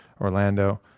Orlando